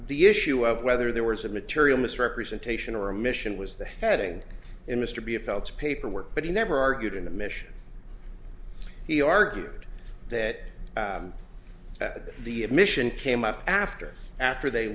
the issue of whether there was a material misrepresentation or a mission was the heading in mr b a felts paperwork but he never argued in the mission he argued that the admission came up after after they